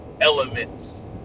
elements